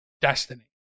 destiny